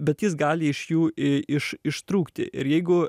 bet jis gali iš jų i iš ištrūkti ir jeigu